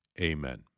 Amen